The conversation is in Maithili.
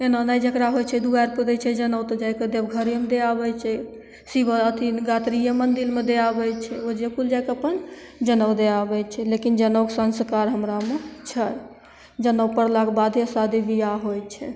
एना नहि जकरा होइ छै दुआरिपर दै छै जनउ तऽ जाके देवघरेमे दै आबै छै से अब गायत्रिए मन्दिरमे दै आबै छै ओहिजे कुल जाके अपन जनउ दै आबै छै लेकिन जनके सँस्कार हमरामे छै जनउ पड़लाके बादे शादी बिआह होइ छै